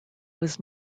was